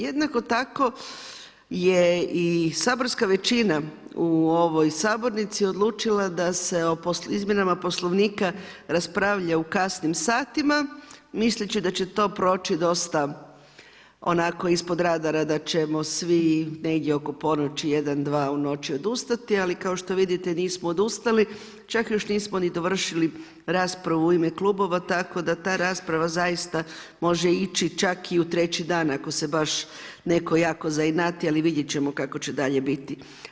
Jednako tako je i saborska većina u ovoj sabornici odlučila da se o izmjenama Poslovnika raspravlja u kasnim satima misleći da će to proći dosta onako, ispod radara, da ćemo svi negdje oko ponoći, 1-2 u noći odustati, ali kao što vidite, nismo odustali, čak još nismo ni dovršili rasprava u ime klubova, tako da ta rasprava zaista može ići čak i u treći dan, ako se baš neko jako zainati, ali vidjet ćemo kako će dalje biti.